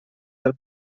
del